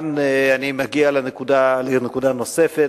כאן אני מגיע לנקודה נוספת,